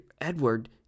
Edward